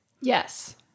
Yes